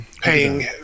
Paying